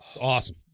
Awesome